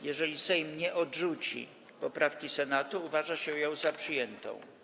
Jeżeli Sejm nie odrzuci poprawki Senatu, uważa się ją za przyjętą.